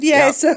Yes